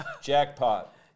Jackpot